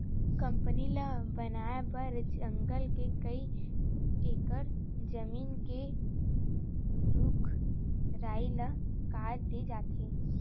company ल बनाए बर जंगल के कइ एकड़ जमीन के रूख राई ल काट दे जाथे